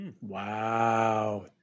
Wow